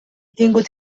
tingut